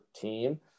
team